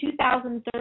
2013